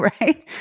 right